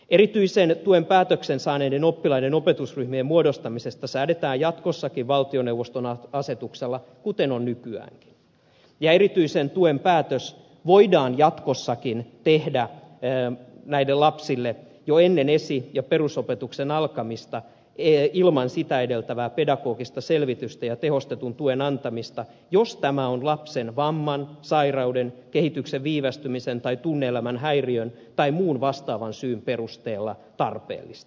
erityisen tuen päätöksen saaneiden oppilaiden opetusryhmien muodostamisesta säädetään jatkossakin valtioneuvoston asetuksella kuten on nykyäänkin ja erityisen tuen päätös voidaan jatkossakin tehdä näille lapsille jo ennen esi ja perusopetuksen alkamista ilman sitä edeltävää pedagogista selvitystä ja tehostetun tuen antamista jos tämä on lapsen vamman sairauden kehityksen viivästymisen tai tunne elämän häiriön tai muun vastaavan syyn perusteella tarpeellista